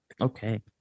Okay